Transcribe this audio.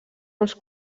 uns